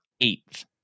eighth